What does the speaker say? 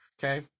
Okay